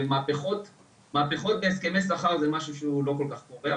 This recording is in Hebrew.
מהפכות בהסכמי שכר זה משהו שהוא לא כל כך קורה,